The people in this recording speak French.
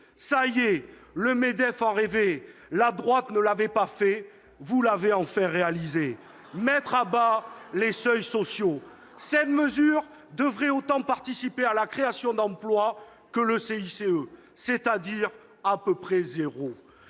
sociaux. Le Medef en rêvait, la droite ne l'avait pas fait, vous l'avez enfin réalisé ! Mettre à bas les seuils sociaux ! Cette mesure devrait autant participer à la création emploi que le CICE, c'est-à-dire à un